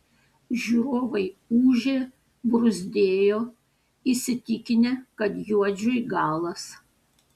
žiūrovai ūžė bruzdėjo įsitikinę kad juodžiui galas